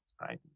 right